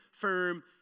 firm